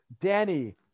Danny